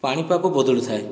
ପାଣିପାଗ ବଦଳି ଥାଏ